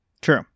True